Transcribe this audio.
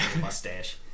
mustache